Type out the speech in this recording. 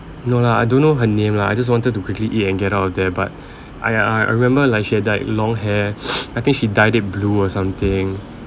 no lah I don't know her name lah I just wanted to quickly eat and get out of there but I I I remember like she had that long hair I think she dyed it blue or something